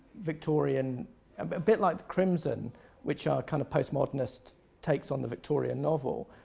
victorian um but a bit like the crimson which are kind of postmodernist takes on the victorian novel.